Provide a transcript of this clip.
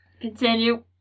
continue